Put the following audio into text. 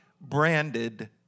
branded